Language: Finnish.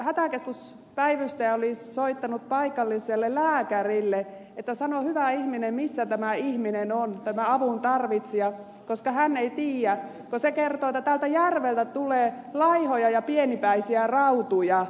hätäkeskuspäivystäjä oli soittanut paikalliselle lääkärille että sano hyvä ihminen missä tämä ihminen on tämä avun tarvitsija koska hän ei tiedä ja se kertoo että täältä järveltä tulee laihoja ja pienipäisiä rautuja